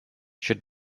should